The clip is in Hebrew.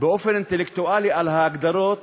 באופן אינטלקטואלי על ההגדרות,